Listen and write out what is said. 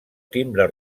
timbre